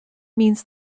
means